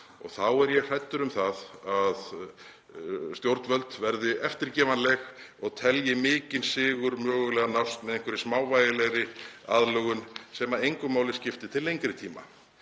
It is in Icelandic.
Þá er ég hræddur um að stjórnvöld verði eftirgefanleg og telji mikinn sigur mögulega nást með einhverri smávægilegri aðlögun sem engu máli skiptir til lengri tíma.